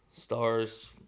stars